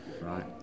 Right